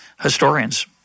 historians